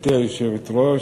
גברתי היושבת-ראש,